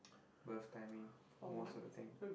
birth timing most of the thing